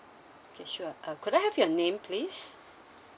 okay sure uh could I have your name please